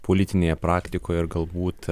politinėje praktikoje ir galbūt